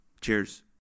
Cheers